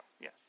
Yes